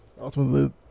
ultimately